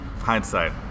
Hindsight